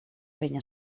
penya